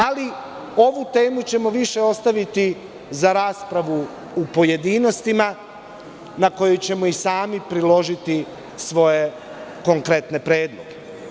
Ali, ovu temu ćemo ostaviti za raspravu u pojedinostima, na kojoj ćemo i sami priložiti svoje konkretne predloge.